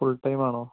full ടൈമാണോ